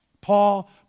Paul